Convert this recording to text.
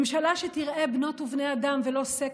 ממשלה שתראה בנות ובני אדם ולא סקטורים,